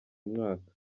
mwaka